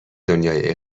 دنیای